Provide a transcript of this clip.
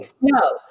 No